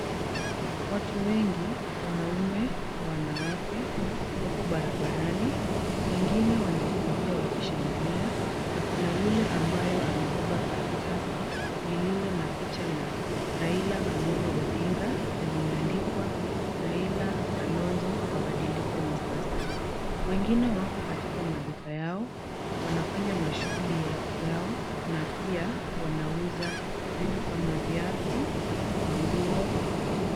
Watu wengi, wanaume kwa wanawake wako barabarani . Wengine wanakimbia wakishangilia na kuna yule ambaye amebeba karatasi lililo na picha la Raila Amolo Odinga na limeandikwa Raila, Kalonzo mabadiliko ni sasa. Wengine wako katika maduka yao wanafanya mashughuli yao na pia wanauza vitu kama viatu, manguo.